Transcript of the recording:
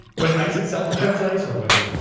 when ice itself defends ice, or when they.